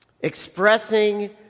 Expressing